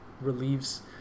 relieves